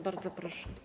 Bardzo proszę.